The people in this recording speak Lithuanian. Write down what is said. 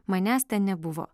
manęs ten nebuvo